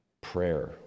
prayer